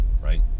right